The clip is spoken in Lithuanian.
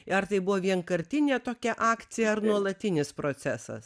ar tai buvo vienkartinė tokia akcija ar nuolatinis procesas